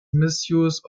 misuse